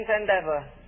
endeavor